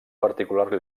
particular